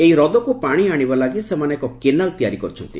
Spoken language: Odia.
ଏହି ହ୍ରଦକୁ ପାଣି ଆଶିବା ଲାଗି ସେମାନେ ଏକ କେନାଲ ତିଆରି କରିଛନ୍ତି